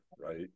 right